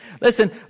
Listen